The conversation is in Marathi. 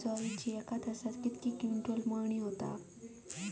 ज्वारीची एका तासात कितके क्विंटल मळणी होता?